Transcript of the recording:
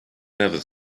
never